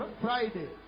Friday